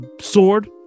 sword